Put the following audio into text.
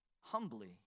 humbly